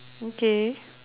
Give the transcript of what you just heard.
okay